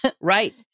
right